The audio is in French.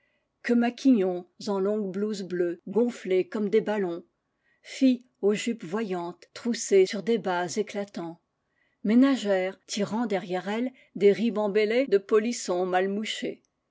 que maquignons en longues blouses bleues gonflées comme des ballons filles aux jupes voyantes troussées sur des bas éclatants ména gères tirant derrière elles des ribambellées de polissons mal mouchés